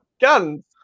guns